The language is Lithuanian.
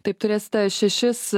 taip turės šešis